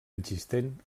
existent